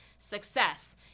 success